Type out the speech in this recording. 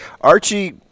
Archie